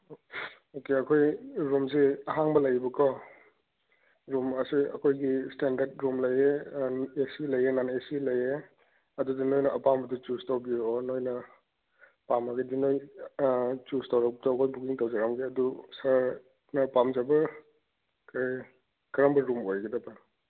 okay ꯑꯩꯈꯣꯏ ꯔꯨꯝꯁꯤ ꯑꯍꯥꯡꯕ ꯂꯩꯕꯀꯣ ꯔꯨꯝ ꯑꯁꯤ ꯑꯩꯈꯣꯏꯒꯤ ꯏꯁꯇꯦꯟꯗꯔꯠ ꯔꯨꯝ ꯂꯩꯌꯦ ꯑꯦ ꯁꯤ ꯂꯩꯌꯦ ꯅꯟ ꯑꯦꯁꯤ ꯂꯩꯌꯦ ꯑꯗꯨꯗ ꯅꯣꯏꯅ ꯑꯄꯥꯝꯕꯗꯨ ꯆꯨꯁ ꯇꯧꯕꯤꯔꯛꯑꯣ ꯅꯣꯏꯅ ꯄꯥꯝꯃꯒꯗꯤ ꯅꯣꯏ ꯆꯨꯁ ꯇꯧꯔꯛꯄꯗ ꯑꯗꯨ ꯕꯨꯀꯤꯡ ꯇꯧꯖꯔꯝꯒꯦ ꯑꯗꯨ ꯁꯔ ꯅꯣꯏ ꯄꯥꯝꯖꯕ ꯀꯩ ꯀꯔꯝꯕ ꯔꯨꯝ ꯑꯣꯏꯒꯗꯕ